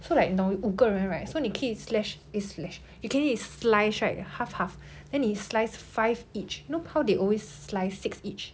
so like 你懂五个人 right so 你可以 slashed eh slashed 你可以 sliced right half half then 你 sliced five each you know how they always slice six each